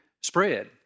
spread